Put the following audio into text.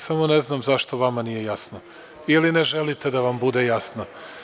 Samo ne znam zašto vama nije jasno, ili ne želite da vam bude jasno?